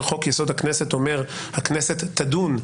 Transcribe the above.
חוק-יסוד: הכנסת אומר שהכנסת תדון,